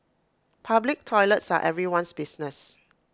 public toilets are everyone's business